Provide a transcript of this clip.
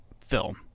film